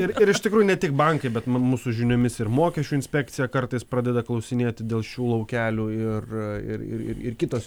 ir iš tikrųjų ne tik bankai bet mūsų žiniomis ir mokesčių inspekcija kartais pradeda klausinėti dėl šių laukelių ir ir ir kitos